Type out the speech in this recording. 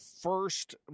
first